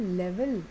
level